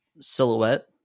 silhouette